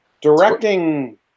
Directing